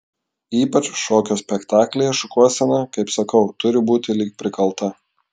ypač šokio spektaklyje šukuosena kaip sakau turi būti lyg prikalta